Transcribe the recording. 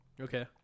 Okay